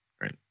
right